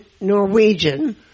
Norwegian